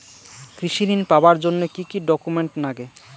কৃষি ঋণ পাবার জন্যে কি কি ডকুমেন্ট নাগে?